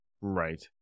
Right